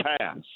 pass